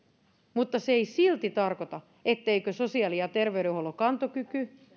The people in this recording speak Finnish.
mutta se ei silti tarkoita etteikö sosiaali ja terveydenhuollon kantokyky